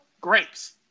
grapes